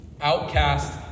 Outcast